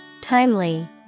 Timely